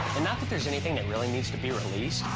and that that there's anything that really needs to be released.